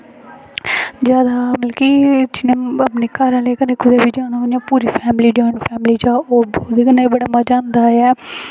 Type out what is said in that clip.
जादा जियां मतलब कि जियां अपने घर आह्लें कन्नै कुदै बी जाना इ'यां पूरी फैमली जाइंट फैमली जाओ ओह्दे कन्नै बी बड़ा मज़ा आंदा ऐ